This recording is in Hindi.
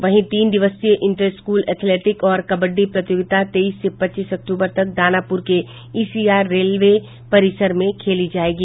वहीं तीन दिवसीय इंटर स्कूल एथलेटिक्स और कबड्डी प्रतियोगिता तेईस से पच्चीस अक्टूबर तक दानापुर के ईसीआर रेलवे परिसर में खेली जायेगी